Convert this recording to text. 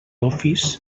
office